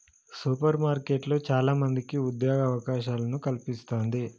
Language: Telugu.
సూపర్ మార్కెట్లు చాల మందికి ఉద్యోగ అవకాశాలను కల్పిస్తంది